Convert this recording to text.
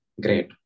great